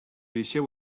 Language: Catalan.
deixeu